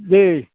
दे